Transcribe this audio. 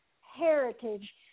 heritage